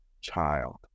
child